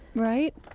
right?